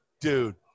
Dude